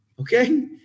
Okay